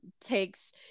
takes